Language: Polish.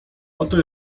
oto